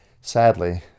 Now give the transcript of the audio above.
Sadly